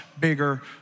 bigger